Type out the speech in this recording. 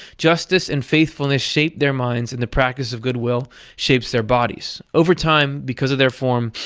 justice and faithfulness shape their minds and the practice of goodwill shapes their bodies. over time, because of their form,